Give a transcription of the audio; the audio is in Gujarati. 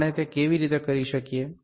આપણે તે કેવી રીતે કરી શકીએ